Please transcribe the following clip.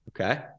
Okay